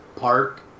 park